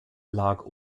lag